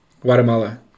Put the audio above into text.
Guatemala